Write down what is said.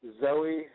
Zoe